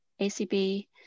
ACB